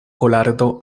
kolardo